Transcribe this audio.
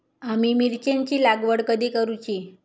आम्ही मिरचेंची लागवड कधी करूची?